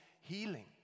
healing